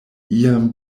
iam